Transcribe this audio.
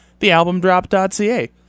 thealbumdrop.ca